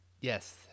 yes